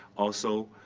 also,